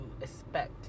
expect